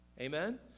Amen